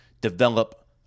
develop